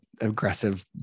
aggressive